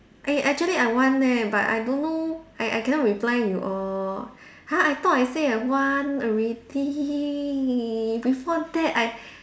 eh actually I want leh but I don't know I I cannot reply you all !huh! I thought I say I want already before that I